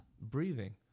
breathing